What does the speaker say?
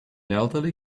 elderly